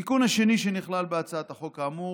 התיקון השני שנכלל בהצעת החוק, כאמור,